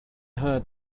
heard